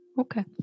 Okay